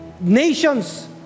Nations